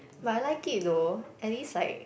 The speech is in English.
but I like it though at least like